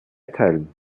teilen